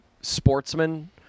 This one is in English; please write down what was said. sportsman